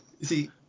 see